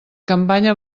campanya